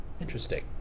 Interesting